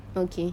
okay